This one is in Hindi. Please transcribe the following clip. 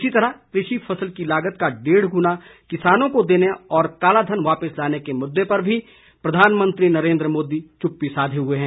इसी तरह कृषि फसल की लागत का डेढ़ गुणा किसानों को देने और काला धन वापिस लाने के मुददे पर भी प्रधानमंत्री नरेन्द्र मोदी चुप्पी साधे हुए हैं